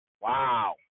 Wow